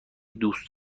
دوست